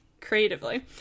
creatively